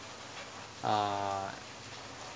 uh